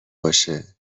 باشه